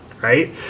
Right